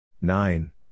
Nine